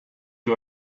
you